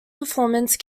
performance